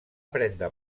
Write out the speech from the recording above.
prendre